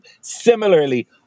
Similarly